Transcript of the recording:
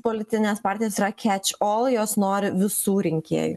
politines partijas yra kiač ol jos nori visų rinkėjų